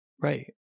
right